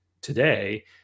today